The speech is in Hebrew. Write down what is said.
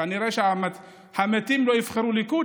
כנראה שהמתים לא יבחרו ליכוד,